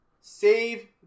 Save